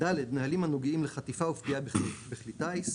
נהלים הנוגעים לחטיפה ופגיעה בכלי טיס,